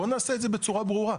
בואו נעשה את זה בצורה ברורה.